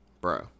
bro